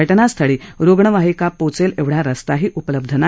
घटनास्थळी रुग्णवाहिका पोहोचेल एवढा रस्ताही उपलब्ध नाही